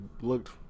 looked